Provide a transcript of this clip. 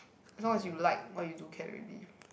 as long as you like what you do can already